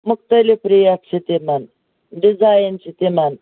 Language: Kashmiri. مُختٔلِف ریٹ چھِ تِمَن ڈِزایِن چھِ تِمن